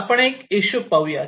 आपण एक एक इशू पाहूयात